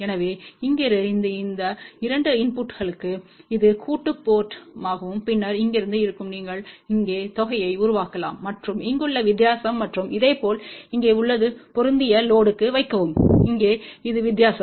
எனவே இங்கிருந்து இந்த 2 இன்புட்களுக்கு இது கூட்டுத் போர்ட் மாகவும் பின்னர் இங்கிருந்து இருக்கும் நீங்கள் இங்கே தொகையை உருவாக்கலாம் மற்றும் இங்குள்ள வித்தியாசம் மற்றும் இதேபோல் இங்கே உள்ளது பொருந்திய லோடுக்கு வைக்கவும் இங்கே இது வித்தியாசம்